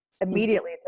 Immediately